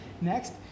Next